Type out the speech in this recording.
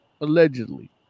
Allegedly